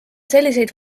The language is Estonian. selliseid